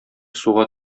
суга